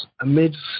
amidst